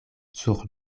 sur